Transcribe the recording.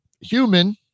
human